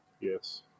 Yes